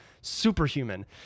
superhuman